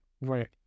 Right